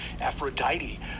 Aphrodite